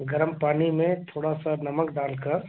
गरम पानी में थोड़ा सा नमक डालकर